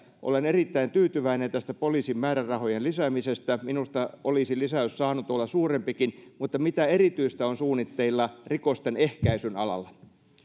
olen erittäin tyytyväinen tästä poliisin määrärahojen lisäämisestä minusta olisi lisäys saanut olla suurempikin kysyisinkin arvoisalta sisäministeriltä mitä erityistä on suunnitteilla rikosten ehkäisyn alalla